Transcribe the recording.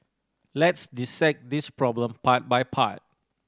let's dissect this problem part by part